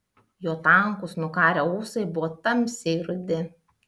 jo tankūs nukarę ūsai buvo tamsiai rudi